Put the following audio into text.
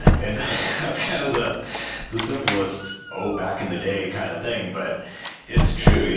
and that's kind of the the simplest, oh, back in the day kind of thing, but it's true. yeah